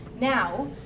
Now